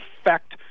effect